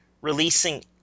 releasing